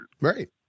right